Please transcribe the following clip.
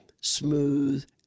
smooth